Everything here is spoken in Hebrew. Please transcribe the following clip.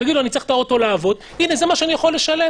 תגיד לו: אני צריך את האוטו לעבודה וזה מה שאני יכול לשלם.